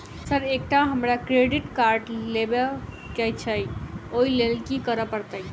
Sir एकटा हमरा credit card लेबकै छैय ओई लैल की करऽ परतै?